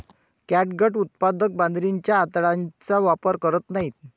catgut उत्पादक मांजरीच्या आतड्यांचा वापर करत नाहीत